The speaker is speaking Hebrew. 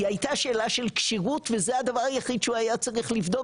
היא הייתה שאלה של כשירות וזה הדבר היחיד שהוא היה צריך לבדוק,